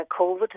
COVID